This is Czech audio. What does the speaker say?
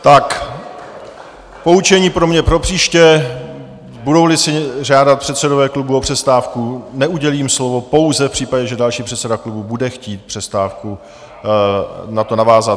Tak poučení pro mě propříště budouli si žádat předsedové klubů o přestávku, neudělím slovo, pouze v případě, že další předseda klubu bude chtít přestávkou na to navázat.